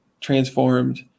transformed